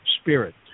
spirit